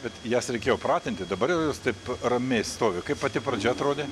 bet jas reikėjo pratinti dabar jos taip ramiai stovi kaip pati pradžia atrodė